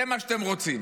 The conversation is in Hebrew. זה מה שאתם רוצים.